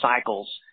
cycles